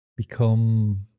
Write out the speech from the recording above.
Become